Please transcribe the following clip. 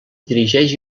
dirigeix